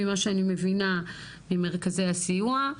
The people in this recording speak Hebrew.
ממה שאני מבינה ממרכזי הסיוע,